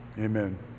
Amen